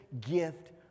gift